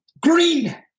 Green